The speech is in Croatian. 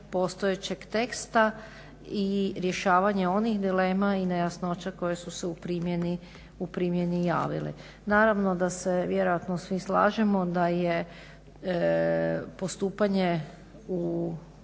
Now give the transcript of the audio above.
postojećeg teksta i rješavanje onih dilema i nejasnoća koje su se u primjeni javile. Naravno da se vjerojatno svi slažemo da je postupanje u